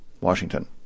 Washington